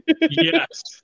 Yes